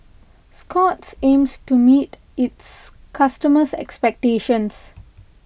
Scott's aims to meet its customers' expectations